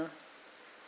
you know